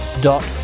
dot